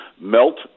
melt